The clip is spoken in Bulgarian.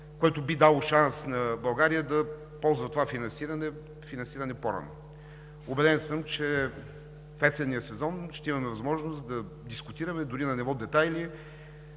което би дало шанс на България да ползва това финансиране по-рано. Убеден съм, че в есенния сезон ще имаме възможност да дискутираме дори на ниво детайли